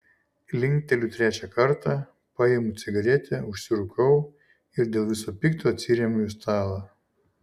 linkteliu trečią kartą paimu cigaretę užsirūkau ir dėl viso pikto atsiremiu į stalą